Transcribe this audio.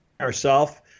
ourself